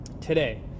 today